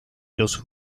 los